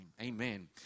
Amen